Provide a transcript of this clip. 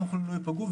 גם החולים לא ייפגעו,